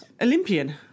Olympian